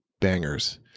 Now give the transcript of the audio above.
bangers